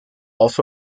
also